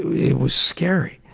it was scary